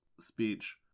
speech